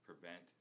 prevent